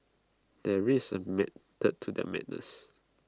there is A method to their madness